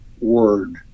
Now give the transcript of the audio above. word